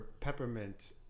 Peppermint